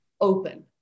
open